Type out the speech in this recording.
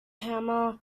hammer